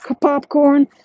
popcorn